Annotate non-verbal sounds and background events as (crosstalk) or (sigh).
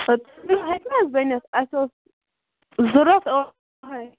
(unintelligible) اسہِ اوس ضورتھ اوس صُبحٲے